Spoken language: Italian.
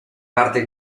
parte